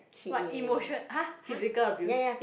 what emotion !huh! physical abuse